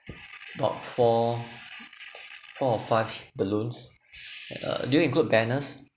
about four four or five balloons at uh do you include banners